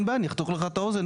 אין בעיה אני אחתוך לך את האוזן.